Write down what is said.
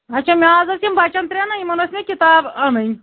اچھا مےٚ حظ ٲسۍ یِم بَچَن ترٛٮ۪ن نَہ یِمَن ٲسۍ مےٚ کِتاب اَنٕنۍ